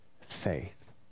faith